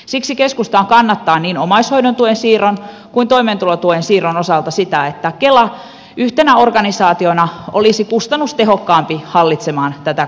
siksi keskusta kannattaa niin omaishoidon tuen siirron kuin toimeentulotuen siirron osalta sitä että kela yhtenä organisaationa olisi kustannustehokkaampi hallitsemaan tätä kokonaisuutta